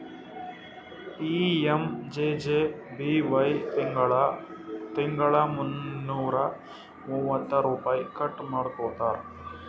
PMJJBY ತಿಂಗಳಾ ತಿಂಗಳಾ ಮುನ್ನೂರಾ ಮೂವತ್ತ ರುಪೈ ಕಟ್ ಮಾಡ್ಕೋತಾರ್